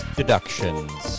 deductions